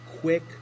Quick